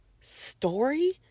story